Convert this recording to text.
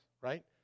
right